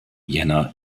jänner